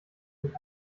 und